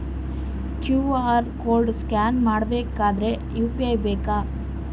QR code scan ಮಾಡಬೇಕಾದರೆ UPI ಬೇಕಾ?